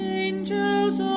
angels